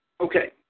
okay